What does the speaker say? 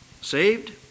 Saved